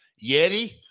Yeti